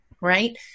right